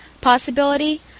possibility